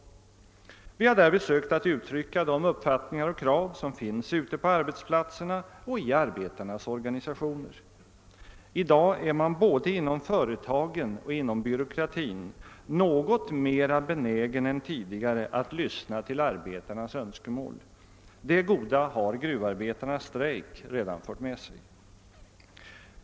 Vi har därvid försökt uttrycka de uppfattningar och krav som finns på arbetsplatserna och i arbetarnas organisationer. I dag är man både inom företagen och inom byråkratin något mer benägen än tidigare att lyssna till arbetarnas önskemål — det goda har gruvarbetarnas strejk redan fört med sig.